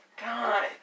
God